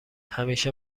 همیشه